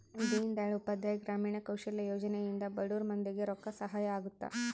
ದೀನ್ ದಯಾಳ್ ಉಪಾಧ್ಯಾಯ ಗ್ರಾಮೀಣ ಕೌಶಲ್ಯ ಯೋಜನೆ ಇಂದ ಬಡುರ್ ಮಂದಿ ಗೆ ರೊಕ್ಕ ಸಹಾಯ ಅಗುತ್ತ